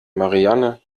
marianne